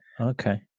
Okay